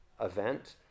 event